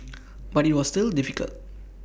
but IT was still difficult